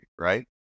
right